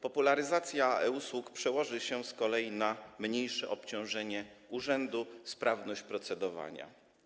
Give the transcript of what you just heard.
Popularyzacja e-usług przełoży się z kolei na mniejsze obciążenie urzędu i sprawność procedowania.